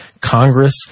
Congress